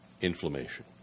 inflammation